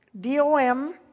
D-O-M